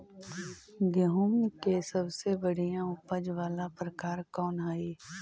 गेंहूम के सबसे बढ़िया उपज वाला प्रकार कौन हई?